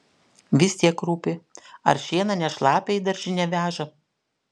vis tiek rūpi ar šieną ne šlapią į daržinę veža